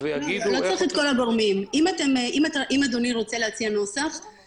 אם אדוני לא מסתפק בדברים הללו,